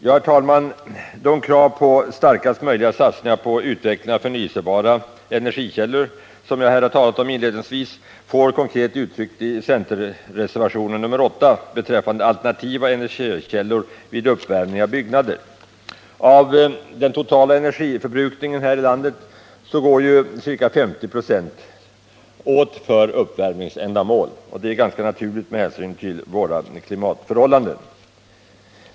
Herr talman! De krav på starkast möjliga satsningar på utvecklingen av förnyelsebara energikällor, som jag här inledningsvis talat om, får konkret uttryck i centerns reservation nr 8 beträffande alternativa energikällor vid uppvärmning av byggnader. Av den totala energiförbrukningen här i landet går ca 50 96 åt för uppvärmningsändamål. Det är ganska naturligt med hänsyn till våra klimatförhållanden.